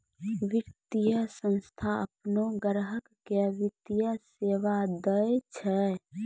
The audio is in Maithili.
वित्तीय संस्थान आपनो ग्राहक के वित्तीय सेवा दैय छै